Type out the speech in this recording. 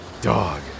dog